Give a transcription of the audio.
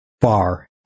far